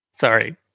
Sorry